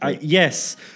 Yes